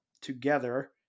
together